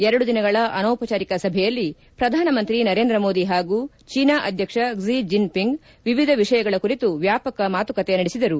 ಎರಡು ದಿನಗಳ ಅನೌಪಚಾರಿಕ ಸಭೆಯಲ್ಲಿ ಪ್ರಧಾನಮಂತ್ರಿ ನರೇಂದ್ರ ಮೋದಿ ಹಾಗೂ ಚೀನಾ ಅಧ್ಯಕ್ಷ ಕ್ಲಿ ಜಿನ್ಪಿಂಗ್ ವಿವಿಧ ವಿಷಯಗಳ ಕುರಿತು ವ್ಯಾಪಕ ಮಾತುಕತೆ ನಡೆಸಿದರು